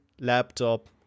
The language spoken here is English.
laptop